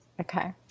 Okay